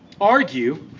argue